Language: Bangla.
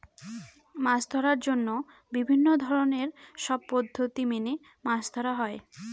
মাছ ধরার জন্য বিভিন্ন ধরনের সব পদ্ধতি মেনে মাছ ধরা হয়